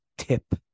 tip